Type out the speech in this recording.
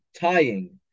tying